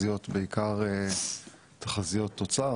בעיקר תחזיות תוצר,